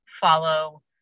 follow